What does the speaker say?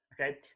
Okay